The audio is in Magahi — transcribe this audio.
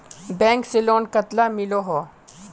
बैंक से लोन कतला मिलोहो?